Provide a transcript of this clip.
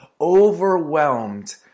overwhelmed